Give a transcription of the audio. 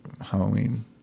Halloween